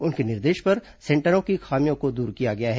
उनके निर्देश पर सेंटरों की खामियों को दूर किया गया है